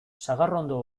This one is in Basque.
sagarrondo